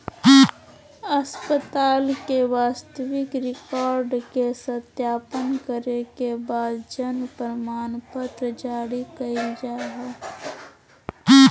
अस्पताल के वास्तविक रिकार्ड के सत्यापन करे के बाद जन्म प्रमाणपत्र जारी कइल जा हइ